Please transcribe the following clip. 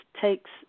takes